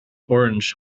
orange